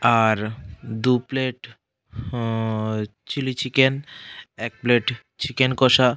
আর দু plate chilli chicken এক plate chicken কষা